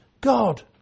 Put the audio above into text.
God